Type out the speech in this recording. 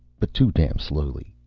but too damn slowly.